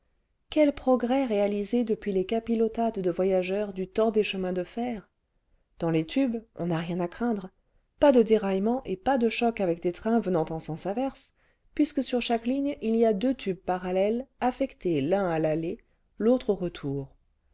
quel progrès réalisé depuis les capilotades de voyageurs du temps des chemins de fer dans les tubes on n'a rien à craindre pas de déraillements et pas de chocs avec des trains venant en sens inverse puisque sur chaque ligne il y a deux tubes parallèles affectés l'un à l'aller l'autre au retour